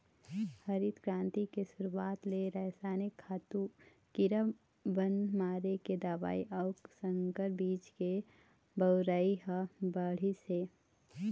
हरित करांति के सुरूवात ले रसइनिक खातू, कीरा बन मारे के दवई अउ संकर बीज के बउरई ह बाढ़िस हे